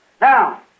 Now